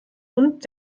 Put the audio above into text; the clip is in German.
und